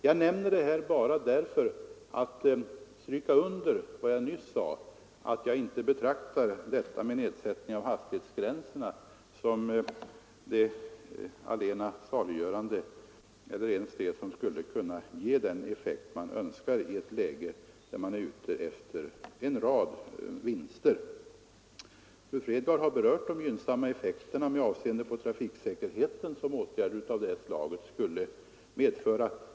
Jag nämner detta bara för att stryka under vad jag nyss sade, att jag inte betraktar nedsättning av hastighetsgränserna som det allena saliggörande eller som något som under alla förhållanden skulle kunna ge önskad effekt i ett läge där man är ute efter en rad vinster. Fru Fredgardh har berört de gynnsamma effekter med avseende på trafiksäkerheten som åtgärder av det här slaget skulle medföra.